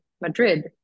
Madrid